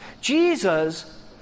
Jesus